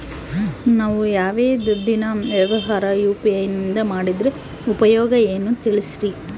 ನಾವು ಯಾವ್ದೇ ದುಡ್ಡಿನ ವ್ಯವಹಾರ ಯು.ಪಿ.ಐ ನಿಂದ ಮಾಡಿದ್ರೆ ಉಪಯೋಗ ಏನು ತಿಳಿಸ್ರಿ?